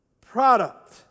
product